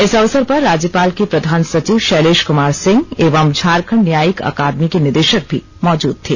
इस अवसर पर राज्यपाल के प्रधान सचिव शैलेश कुमार सिंह एवं झारखंड न्यायिक अकादमी के निदेशक भी मौजूद थे